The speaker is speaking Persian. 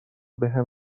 بهم